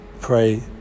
pray